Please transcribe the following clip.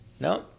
No